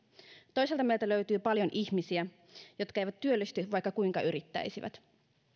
toisaalta meiltä löytyy paljon ihmisiä jotka eivät työllisty vaikka kuinka yrittäisivät